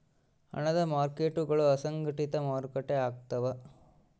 ಹಣದ ಮಾರ್ಕೇಟ್ಗುಳು ಅಸಂಘಟಿತ ಮಾರುಕಟ್ಟೆ ಆಗ್ತವ